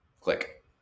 click